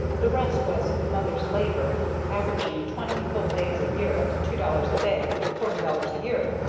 the rest was mother's labor, averaging twenty full days a year at two dollars a day, forty dollars a year.